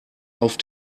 auf